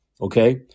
Okay